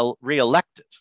reelected